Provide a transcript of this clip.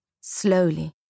slowly